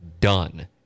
done